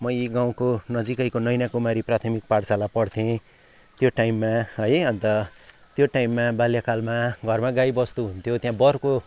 म यहीँ यिगाउँको नजिकैको नैनकुमारी प्राथमिक पाठशाला पढ्थेँ त्यो टाइममा है अन्त त्यो टाइममा बाल्यकालमा घरमा गाई वस्तु हुन्थ्यो त्यहाँ वरको